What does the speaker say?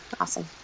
awesome